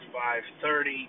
5.30